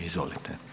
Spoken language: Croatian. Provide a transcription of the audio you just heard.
Izvolite.